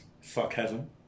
Sarcasm